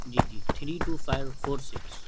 جی جی three two five four six